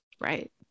right